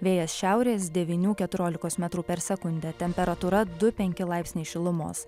vėjas šiaurės devynių keturiolikos metrų per sekundę temperatūra du penki laipsniai šilumos